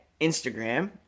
Instagram